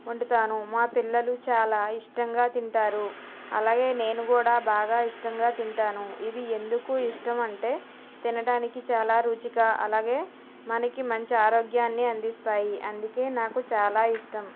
వండుతాను మా పిల్లలు చాలా ఇష్టంగా తింటారు అలాగే నేను కూడా బాగా ఇష్టంగా తింటాను ఇవి ఎందుకు ఇష్టమంటే తినడానికి చాలా రుచిగా అలాగే మనకి మంచి ఆరోగ్యాన్ని అందిస్తాయి అందుకే నాకు చాలా ఇష్టం